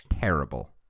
terrible